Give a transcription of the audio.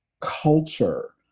culture